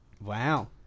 Wow